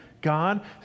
God